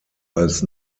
als